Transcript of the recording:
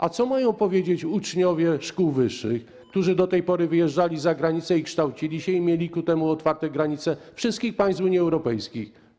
A co mają powiedzieć uczniowie szkół wyższych, którzy do tej pory wyjeżdżali za granicę i kształcili się, i mieli otwarte granice wszystkich państw Unii Europejskiej?